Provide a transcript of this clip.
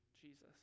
Jesus